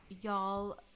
y'all